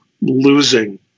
losing